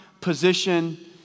position